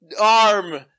arm